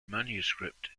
manuscript